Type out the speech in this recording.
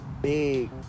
big